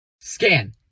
SCAN